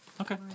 Okay